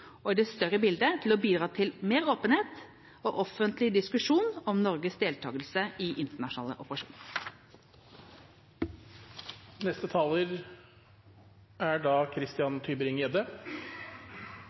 og i det større bildet til å bidra til mer åpenhet og offentlig diskusjon om Norges deltagelse i internasjonale